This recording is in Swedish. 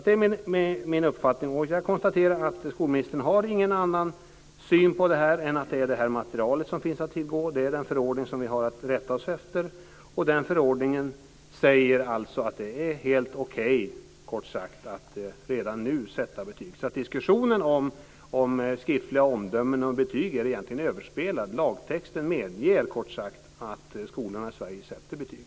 Det är min uppfattning. Jag konstaterar att skolministern inte har någon annan syn på detta än att det är det här materialet som finns att tillgå. Det är den förordning som vi har att rätta oss efter. Den förordningen säger att det är helt okej att redan nu sätta betyg. Diskussionen om skriftliga omdömen och betyg är egentligen överspelad. Lagtexten medger kort sagt att skolorna i Sverige sätter betyg.